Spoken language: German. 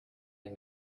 den